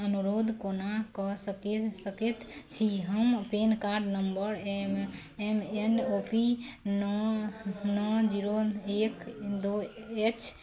अनुरोध कोना कऽ सके सकैत छी हम PAN card number M M N O P नओ नओ जीरो एक दो एच